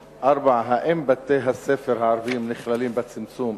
4. האם בתי-הספר הערביים נכללים בצמצום?